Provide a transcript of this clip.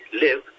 live